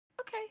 Okay